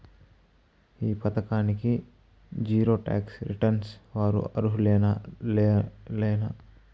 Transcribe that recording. ఈ పథకానికి zero tax returns వారు అర్హులేనా లేనా?